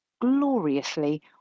gloriously